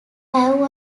have